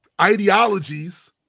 ideologies